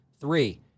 Three